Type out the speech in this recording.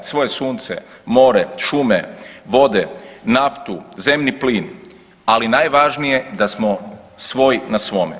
Svoje sunce, more, šume, vode, naftu, zemni plin, ali najvažnije da smo svoj na svome.